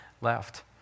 left